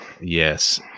Yes